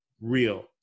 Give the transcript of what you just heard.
real